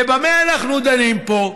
ובמה אנחנו דנים פה?